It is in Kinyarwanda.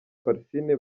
parfine